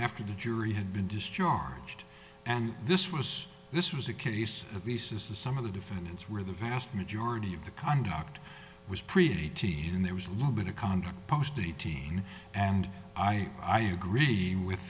after the jury had been discharged and this was this was a case of these is the sum of the defendants where the vast majority of the conduct was preety and there was little bit of contra posted eighteen and i i agree with